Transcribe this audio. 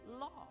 law